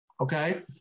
Okay